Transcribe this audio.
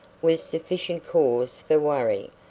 was sufficient cause for worry,